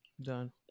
done